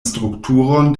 strukturon